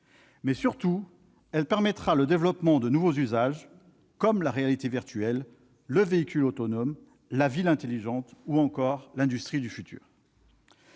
Mais surtout, elle permettra le développement de nouveaux usages, comme la réalité virtuelle, le véhicule autonome, la ville intelligente, ou encore l'industrie du futur